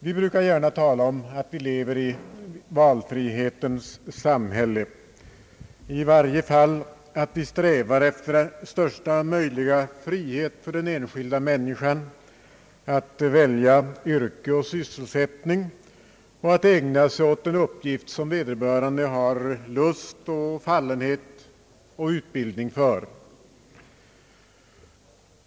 Vi brukar gärna tala om att vi lever i valfrihetens samhälle, i varje fall att vi strävar efter största möjliga frihet för den enskilda människan att välja yrke och sysselsättning och att ägna sig åt den uppgift som vederbörande har lust, fallenhet och utbildning för.